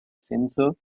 ascenso